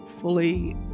fully